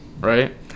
right